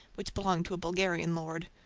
which belonged to a bulgarian lord.